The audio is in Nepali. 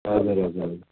हजुर हजुर हजुर